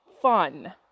fun